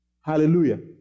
Hallelujah